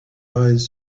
eyes